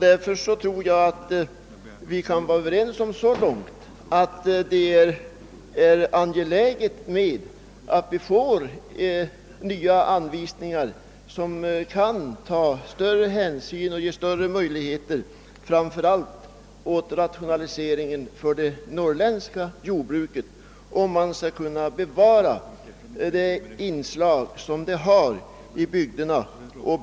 Därför tror jag att vi kan vara överens så långt, att det är angeläget att vi får nya anvisningar, som tar större hänsyn och bereder större möjligheter framför allt för rationaliseringen av det norrländska jordbruket, så att även det mindre jordbruket kan fortleva som ett värdefullt inslag i bygdens näringsliv.